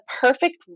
perfect